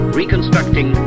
reconstructing